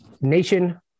nation